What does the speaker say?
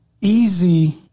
easy